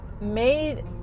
made